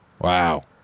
Wow